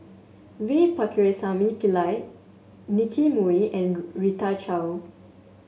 V Pakirisamy Pillai Nicky Moey and Rita Chao